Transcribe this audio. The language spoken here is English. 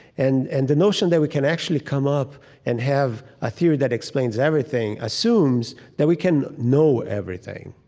and and the notion that we can actually come up and have a theory that explains everything assumes that we can know everything,